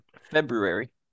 February